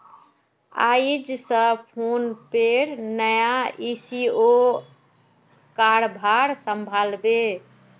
आइज स फोनपेर नया सी.ई.ओ कारभार संभला बे